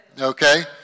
Okay